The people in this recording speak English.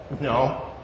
No